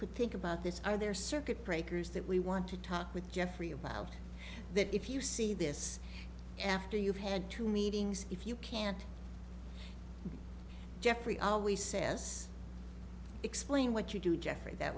could think about this are there circuit breakers that we want to talk with jeffrey about that if you see this after you've had two meetings if you can't jeffrey always says explain what you do jeffery that